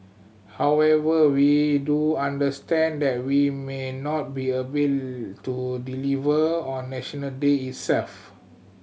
however we do understand that we may not be able to deliver on National Day itself